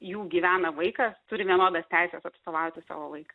jų gyvena vaikas turi vienodas teises atstovauti savo vaiką